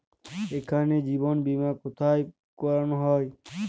এখানে জীবন বীমা কোথায় করানো হয়?